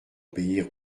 obéir